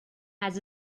has